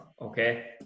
Okay